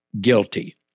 guilty